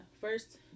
First